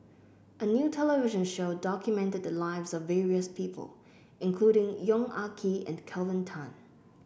a new television show documented the lives of various people including Yong Ah Kee and Kelvin Tan